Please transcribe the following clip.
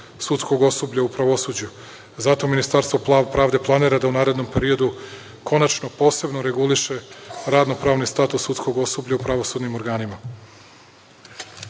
sudskog osoblja u pravosuđu. Zato Ministarstvo pravde planira da u narednom periodu konačno, posebno reguliše radno-pravni status sudskog osoblja u pravosudnim